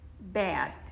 bad